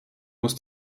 muss